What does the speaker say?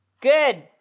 Good